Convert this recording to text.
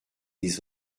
des